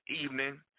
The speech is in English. evening